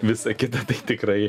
visa kita tai tikrai